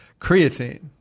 Creatine